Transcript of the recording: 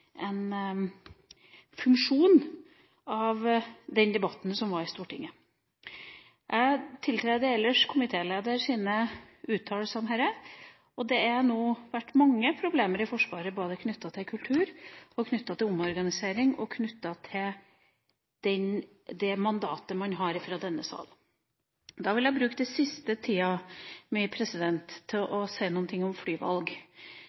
en funksjon av den debatten som var i Stortinget. Jeg tiltrer ellers komitéleders uttalelser om dette – og det har nå vært mange problemer i Forsvaret knyttet både til kultur, til omorganisering og til det mandatet man har fra denne sal. Da vil jeg bruke siste del av min taletid til å si noe om flyvalg.